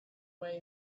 way